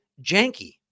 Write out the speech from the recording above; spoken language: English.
janky